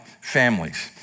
families